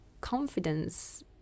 confidence